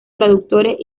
traductores